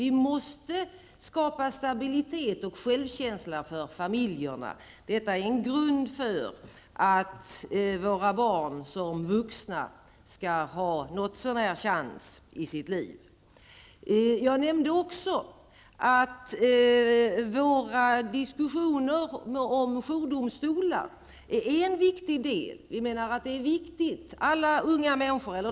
Vi måste skapa stabilitet och självkänsla för familjerna. Det är en grund för att våra barn som vuxna skall kunna få någon chans i sitt liv. Jag nämnde också vår diskussion om jourdomstolar. De utgör en viktig del.